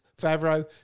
Favreau